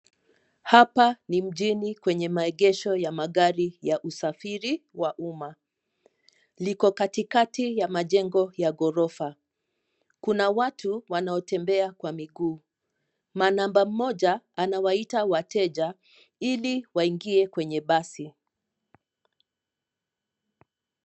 Hapa ni mjini kwenye maegesho ya magari ya usafiri wa umma. Liko katikati ya majengo ya gorofa. Kuna watu wanaotembea kwa miguu. Manamba mmoja anawaita wateja ili waingie kwenye basi.